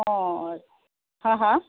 অঁ হা হা